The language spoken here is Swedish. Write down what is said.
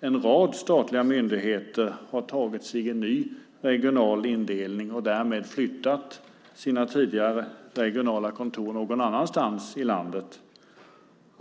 en rad statliga myndigheter har tagit sig en ny regional indelning och därmed flyttat sina tidigare regionala kontor någon annanstans i landet.